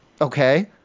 Okay